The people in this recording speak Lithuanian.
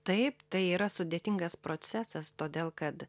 taip tai yra sudėtingas procesas todėl kad